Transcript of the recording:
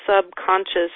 subconscious